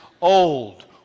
old